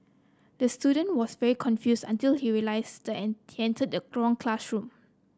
the student was very confused until he realized and he entered the wrong classroom